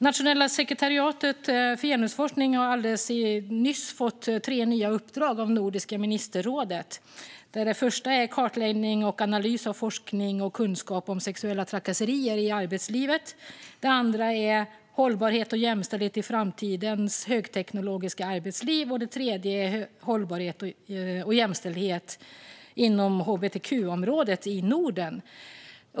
Nationella sekretariatet för genusforskning har alldeles nyss fått tre nya uppdrag av Nordiska ministerrådet. Det första är kartläggning och analys av forskning och kunskap om sexuella trakasserier i arbetslivet, det andra är hållbarhet och jämställdhet i framtidens högteknologiska arbetsliv och det tredje är hållbarhet och jämställdhet inom hbtq-området i Norden.